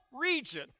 region